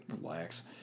relax